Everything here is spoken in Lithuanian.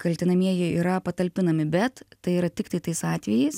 kaltinamieji yra patalpinami bet tai yra tiktai tais atvejais